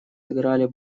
сыграли